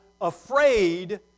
afraid